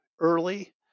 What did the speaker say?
early